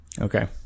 Okay